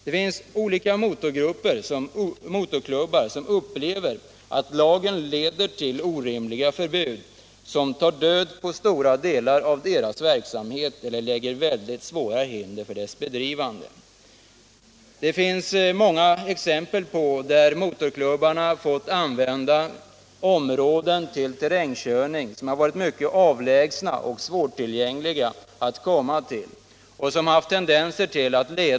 Det finns olika motorklubbar som anser att lagen leder till orimliga förbud, som tar död på stora delar av deras verksamhet eller lägger mycket stora hinder i vägen för verksamhetens bedrivande. Det finns många exempel på att motorklubbarna måste använda mycket avlägsna och svårtillgängliga områden för terrängkörning.